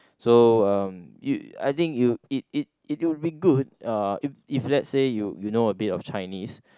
so uh you I think you it it it would be good uh if if let's say you you know a bit of Chinese